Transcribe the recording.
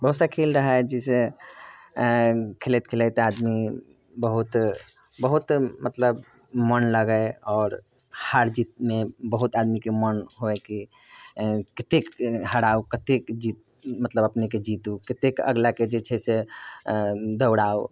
बहुत सा खेल रहै जैसे खेलैत खेलैत आदमी बहुत बहुत मतलब मन लगै आओर हार जीतमे बहुत आदमीकेँ मन होयकी कतेक हराउ कतेक जीत मतलब अपनेकेँ जीतू कतेक अगिलाके जे छै से दौड़ाउ